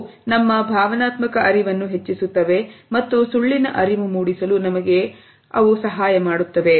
ಇವು ನಮ್ಮ ಭಾವನಾತ್ಮಕ ಅರಿವನ್ನು ಹೆಚ್ಚಿಸುತ್ತವೆ ಮತ್ತು ಸುಳ್ಳಿನ ಅರಿವು ಮೂಡಿಸಲು ನಮಗೆನಾವುಸಹಾಯ ಮಾಡುತ್ತವೆ